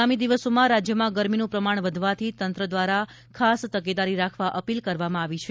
આગામી દિવસોમાં રાજ્યમાં ગરમીનું પ્રમાણ વધવાથી તંત્ર દ્વારા ખાસ તકેદારી રાખવા અપીલ કરવામાં આવી છે